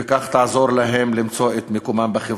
וכך היא תעזור להם למצוא את מקומם בחברה.